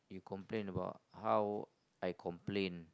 complain about how I complain